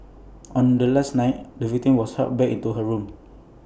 on the last night the victim was helped back into her room